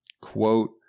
quote